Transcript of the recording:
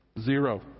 zero